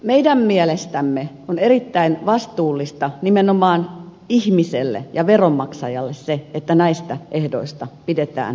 meidän mielestämme on erittäin vastuullista nimenomaan ihmiselle ja veronmaksajalle se että näistä ehdoista pidetään kiinni